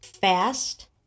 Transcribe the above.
fast